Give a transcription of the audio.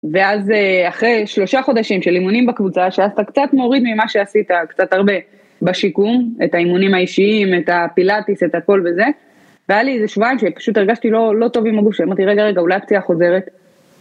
ואז אחרי שלושה חודשים של אימונים בקבוצה, שאתה קצת מוריד ממה שעשית קצת הרבה בשיקום, את האימונים האישיים, את הפילטיס, את הכל וזה, והיה לי איזה שבועיים שפשוט הרגשתי לא טוב עם הגוף, אמרתי, רגע, רגע, אולי הפציעה חוזרת.